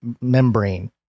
membrane